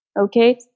okay